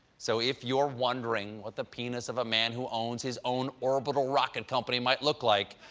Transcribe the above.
so if you're wondering what the penis of a man who owns his own orbital rocket company might look like,